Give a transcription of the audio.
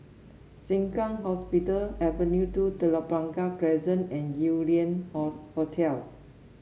Sengkang Hospital Avenue two Telok Blangah Crescent and Yew Lian Hotel